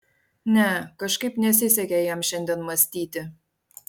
ne kažkaip nesisekė jam šiandien mąstyti